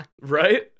right